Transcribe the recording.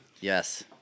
Yes